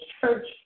church